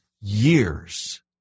years